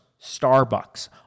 Starbucks